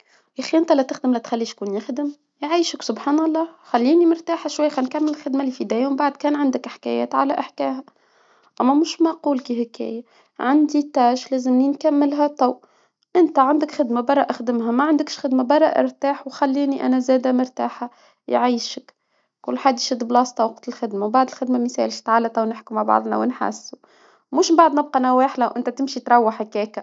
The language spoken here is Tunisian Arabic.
يا أخي إنت لا تخدم لتخلي شكون يخدم؟ يعيشك سبحان الله، خليني مرتاحة شوية خنكمل الخدمة لي في يدي ومن بعد كان عندك حكايات على احكاها، اما مش معقول عندي لازمني نكملها تو، إنت عندك خدمة برا اخدمها ما عندكش خدمة برا ارتاح وخليني أنا زادة مرتاحة، يعيشك كل حد يشد بلاصتها وقت الخدمة، وبعد الخدمة ما ننساش تعالتها ونحكو مع بعضنا ونحاسبو، مش بعد ما بقى نواحي لو إنت تمشي تروح هكاك.